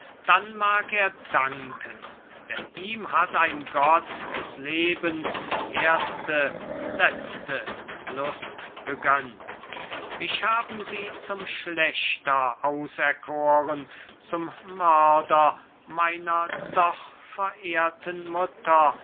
dann mag er danken denn ihm hat ein gott des lebens erste letzte lust gegönnt mich haben sie zum schlächter auserkoren zum mörder meiner doch verehrten mutter